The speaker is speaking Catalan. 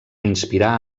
inspirar